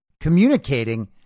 communicating